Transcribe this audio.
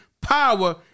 power